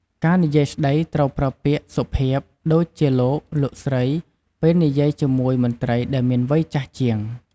ការនិយាយស្ដី ត្រូវប្រើពាក្យសុភាព ដូចជា "លោក" "លោកស្រី" ពេលនិយាយជាមួយមន្រ្តីដែលមានវ័យចាស់ជាង។